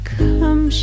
come